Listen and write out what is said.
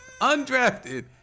Undrafted